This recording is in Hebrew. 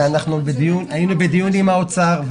ואנחנו היינו בדיון עם האוצר,